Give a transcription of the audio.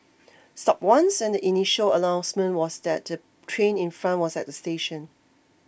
stopped once and the initial announcement was that the train in front was at the station